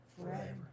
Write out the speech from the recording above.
forever